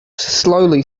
slowly